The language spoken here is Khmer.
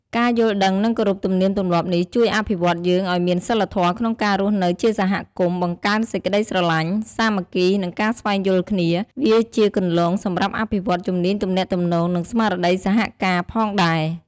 ការយល់ដឹង និងគោរពទំនៀមទម្លាប់នេះជួយអភិវឌ្ឍន៍យើងឲ្យមានសីលធម៌ក្នុងការរស់នៅជាសហគមន៍ បង្កើនសេចក្តីស្រឡាញ់ សាមគ្គី និងការស្វែងយល់គ្នា វាជាគន្លងសម្រាប់អភិវឌ្ឍជំនាញទំនាក់ទំនង និងស្មារតីសហការផងដែរ។